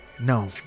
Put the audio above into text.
No